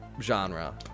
genre